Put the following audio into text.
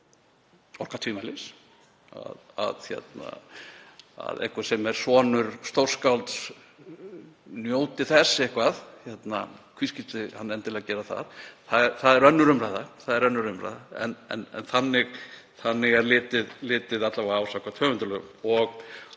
orka tvímælis að einhver sem er sonur stórskálds njóti þess eitthvað. Hví skyldi hann endilega gera það? Það er önnur umræða en þannig er litið á, alla vega samkvæmt höfundalögum.